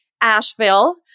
Asheville